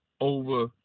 over